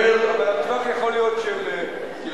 הטווח יכול להיות של קילומטרים,